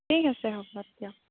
ঠিক আছে হ'ব দিয়ক